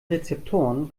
rezeptoren